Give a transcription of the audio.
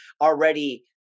already